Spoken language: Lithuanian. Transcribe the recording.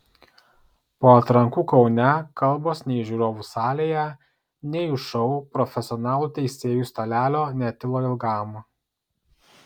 po atrankų kaune kalbos nei žiūrovų salėje nei už šou profesionalų teisėjų stalelio netilo ilgam